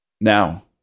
Now